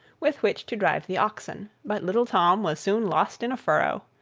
with which to drive the oxen but little tom was soon lost in a furrow.